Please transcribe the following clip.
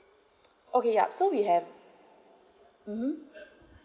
okay ya so we have mmhmm